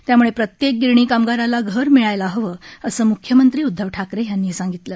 त्यामुळे प्रत्येक गिरणी कामगाराला घर मिळायला हवं असं म्ख्यमंत्री उद्धव ठाकरे यांनी सांगितलं